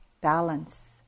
balance